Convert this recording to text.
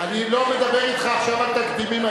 אני לא מדבר אתך עכשיו על תקדימים.